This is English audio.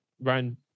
Brian